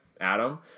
Adam